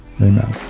Amen